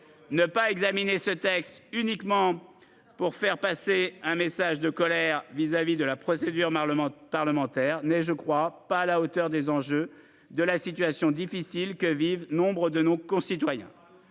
et quatre amendements !... uniquement pour faire passer un message de colère vis-à-vis de la procédure parlementaire n'est pas à la hauteur des enjeux et de la situation difficile que vivent nos concitoyens.